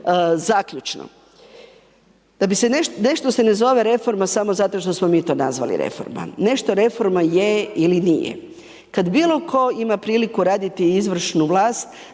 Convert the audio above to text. Zaključno, da bi se nešto, nešto se ne zove reforma samo zato što smo mi to nazvali reforma, nešto reforma je ili nije. Kad bilo ko ima priliku raditi izvršnu vlast